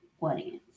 audience